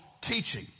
teaching